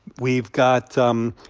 we've got um